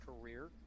career